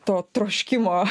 to troškimo